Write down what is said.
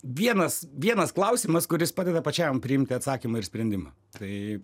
vienas vienas klausimas kuris padeda pačiam priimti atsakymą ir sprendimą tai